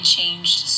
changed